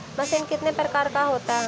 Machine कितने प्रकार का होता है?